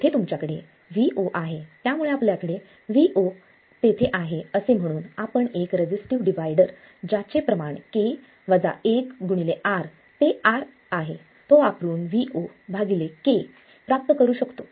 येथे तुमच्याकडे Vo आहे त्यामुळे आपल्याकडे Vo तेथे आहे असे म्हणून आपण एक रेजिस्टीव डीवाईडर ज्याचे प्रमाण R ते R आहे तो वापरून Vo k प्राप्त करू शकतो